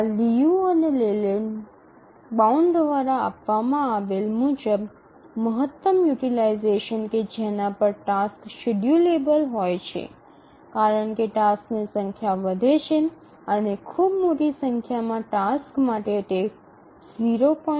આ લિયુ અને Layland bound દ્વારા આપવામાં આવેલ મુજબ મહત્તમ યુટીલાઈઝેશન કે જેના પર ટાસક્સ શેડ્યૂલેબલ હોય છે કારણ કે ટાસક્સની સંખ્યા વધે છે અને ખૂબ મોટી સંખ્યામાં ટાસ્ક માટે તે 0